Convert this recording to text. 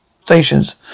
stations